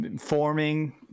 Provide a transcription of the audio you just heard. forming